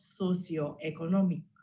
socioeconomic